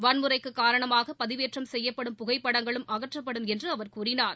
வன்முறைக்கு காரணமாக பதிவேற்றம் செய்யப்படும் புகைப்படங்களும் அகற்றப்படும் என்று அவர் கூறினார்